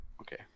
okay